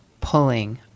pulling